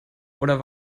oder